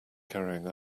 carrying